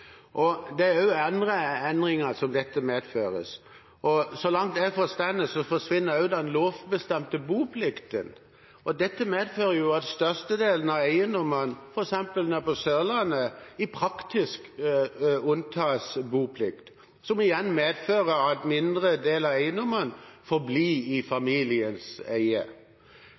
Det er også andre endringer dette medfører. Så langt jeg har forstått det, forsvinner også den lovbestemte boplikten. Dette medfører at størstedelen av eiendommene, f.eks. på Sørlandet, i praksis unntas boplikt, som igjen medfører at en mindre del av eiendommen får bli i familiens eie.